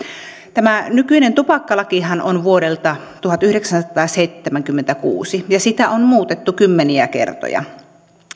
tämä nykyinen tupakkalakihan on vuodelta tuhatyhdeksänsataaseitsemänkymmentäkuusi ja sitä on muutettu kymmeniä kertoja